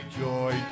joy